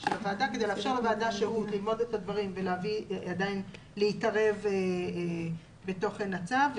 של הוועדה כדי לאפשר לוועדה שהות ללמוד את הדברים ולהתערב בתוכן הצו.